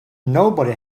nobody